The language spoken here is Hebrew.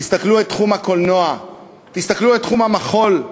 תסתכלו על תחום הקולנוע, תסתכלו על תחום המחול,